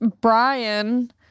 Brian